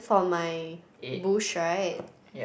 from my bush right